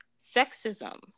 sexism